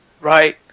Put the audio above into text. Right